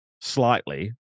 slightly